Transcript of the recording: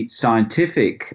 scientific